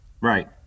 Right